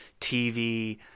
TV